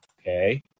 Okay